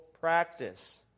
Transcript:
practice